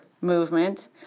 movement